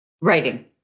Writing